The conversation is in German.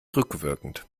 rückwirkend